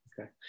Okay